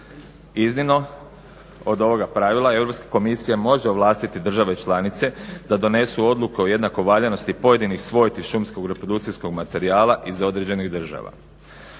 Iznimno od ovoga pravila Europska komisija može ovlastiti države članice da donesu odluku o jednako valjanosti pojedinih svojti šumskog reprodukcijskog materijala iz određenih država.